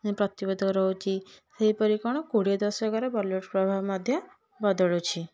ପ୍ରତିବାଧକ ରହୁଛି ସେହିପରି କ'ଣ କୋଡ଼ିଏ ଦଶକର ବଲିଉଡ଼ ପ୍ରଭାବ ମଧ୍ୟ ବଦଳୁଛି